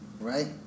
right